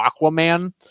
Aquaman